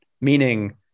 meaning